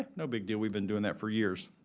no big deal we've been doing that for years.